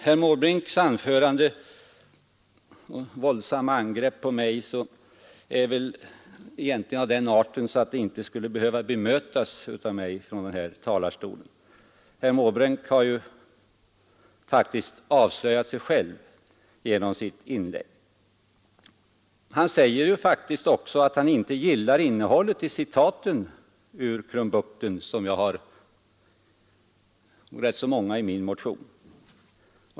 Herr Måbrinks våldsamma angrepp på mig är väl egentligen av den arten att det inte skulle behöva bemötas av mig från den här talarstolen. Herr Måbrink har ju faktiskt avslöjat sig själv genom sitt inlägg. Han säger också att han inte gillar innehållet i citaten ur Krumbukten — jag har rätt många sådana i min motion.